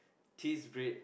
cheese grate